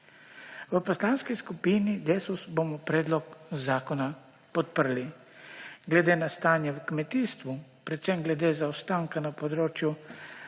V Poslanski skupini Desus bomo predlog zakona podprli. Glede na stanje v kmetijstvu, predvsem glede zaostanka na področju